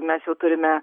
mes jau turime